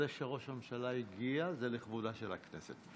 זה שראש הממשלה הגיע זה לכבודה של הכנסת.